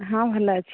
ହଁ ଭଲ ଅଛି